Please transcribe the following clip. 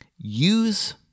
Use